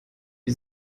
wie